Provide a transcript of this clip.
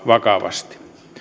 vakavasti